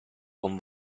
con